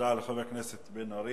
תודה לחבר הכנסת בן-ארי.